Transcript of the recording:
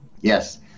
Yes